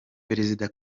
perezida